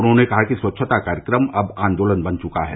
उन्होंने कहा कि स्वच्छता कार्यक्रम अब आंदोलन बन चुका है